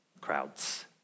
Crowds